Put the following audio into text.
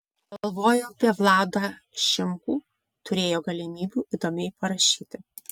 galvojo apie vladą šimkų turėjo galimybių įdomiai parašyti